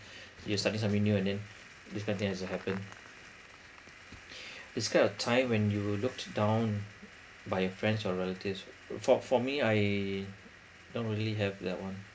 you started something new and then this kind of thing has to happen describe a time when you were looked down by friends or relatives for for me I don't really have that one